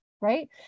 right